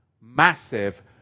massive